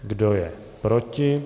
Kdo je proti?